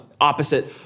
opposite